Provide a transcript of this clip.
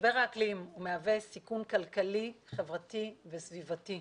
משבר האקלים מהווה סיכון כלכלי, חברתי וסביבתי.